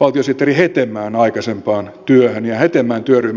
valtiosihteeri hetemäen aikaisempaan työhön ja hetemäen työryhmän ehdotuksiin